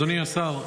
אדוני השר,